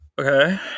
Okay